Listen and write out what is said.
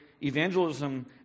evangelism